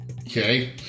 Okay